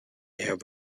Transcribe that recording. have